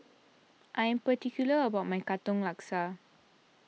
I am particular about my Katong Laksa